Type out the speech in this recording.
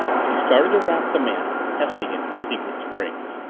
she started to rap the mantel, testing it for secret springs.